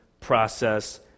process